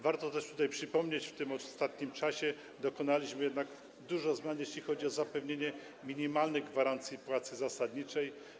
Warto też tutaj przypomnieć, że w ostatnim czasie dokonaliśmy jednak dużo zmian, jeśli chodzi o zapewnienie minimalnych gwarancji płacy zasadniczej.